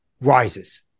rises